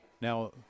now